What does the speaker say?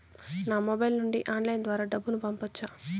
నా మొబైల్ నుండి ఆన్లైన్ ద్వారా డబ్బును పంపొచ్చా